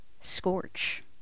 Scorch